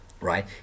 right